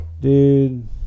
Dude